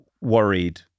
worried